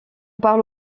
parle